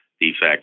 defects